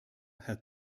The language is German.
herr